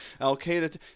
Al-Qaeda